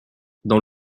dans